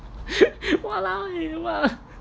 !walao! eh !walao!